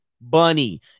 Bunny